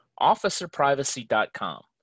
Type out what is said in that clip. officerprivacy.com